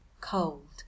cold